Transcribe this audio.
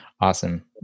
Awesome